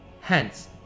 Hence